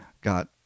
got